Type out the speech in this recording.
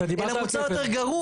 אלא מוצר יותר גרוע.